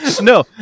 no